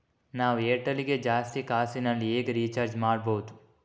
ನಾವು ಏರ್ಟೆಲ್ ಗೆ ಜಾಸ್ತಿ ಕಾಸಿನಲಿ ಹೇಗೆ ರಿಚಾರ್ಜ್ ಮಾಡ್ಬಾಹುದು?